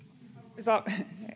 arvoisa